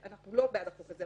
אנחנו לא בעד החוק הזה,